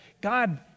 God